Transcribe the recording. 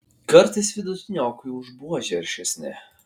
kartais vidutiniokai už buožę aršesni